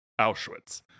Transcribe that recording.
Auschwitz